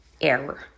error